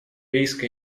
риска